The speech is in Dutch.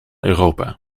europa